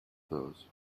those